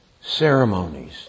ceremonies